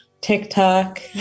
TikTok